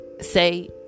say